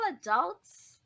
adults